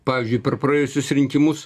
pavyzdžiui per praėjusius rinkimus